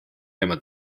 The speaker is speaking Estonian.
jääma